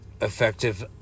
effective